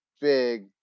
big